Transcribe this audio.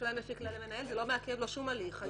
לפי כללי מנהל זה לא מעכב לו שום הליך היום.